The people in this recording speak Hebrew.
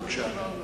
בבקשה.